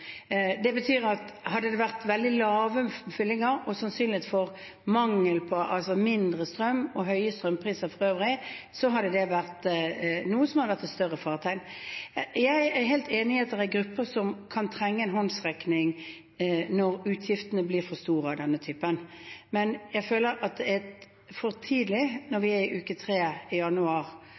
Det betyr at hadde det vært veldig lave fyllinger og sannsynlighet for mindre strøm og høye strømpriser for øvrig, hadde det vært et større faretegn. Jeg er helt enig i at det er grupper som kan trenge en håndsrekning når utgiftene av denne typen blir for store, men jeg føler at det er for tidlig når vi er i uke 3, i januar,